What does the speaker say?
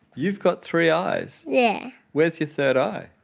you've got three eyes? yeah. where's your third eye?